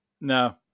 No